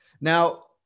Now